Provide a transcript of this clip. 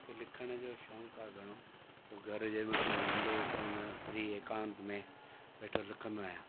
मूंखे लिखण जो शौक़ु आहे घणो हुओ जंहिं महिल मां वांदो वेठो हूंदो आहियां फ्री एकांत में वेठो लिखंदो आहियां